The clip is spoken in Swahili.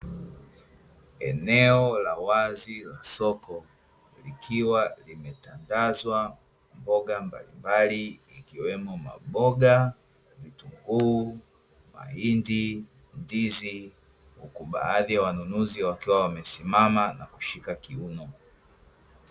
Eneo la wazi la soko likiwa limetandazwa mboga mbalimbali ikiwemo maboga, vitunguu, mahindi, ndizi huku baadhi ya wanunuzi wakiwa wamesimama na kushika kiuno.